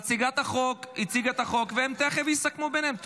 מציגת החוק הציגה את החוק, והם תכף יסכמו ביניהם.